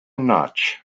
notch